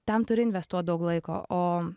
tam turi investuot daug laiko o